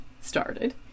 started